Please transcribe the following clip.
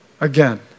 Again